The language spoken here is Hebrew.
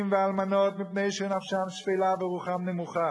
ואלמנות מפני שנפשם שפלה ורוחם נמוכה,